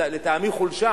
לטעמי חולשה